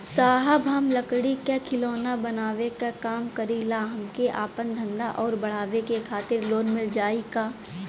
साहब हम लंगड़ी क खिलौना बनावे क काम करी ला हमके आपन धंधा अउर बढ़ावे के खातिर लोन मिल जाई का?